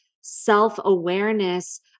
self-awareness